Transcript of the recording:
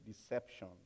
deception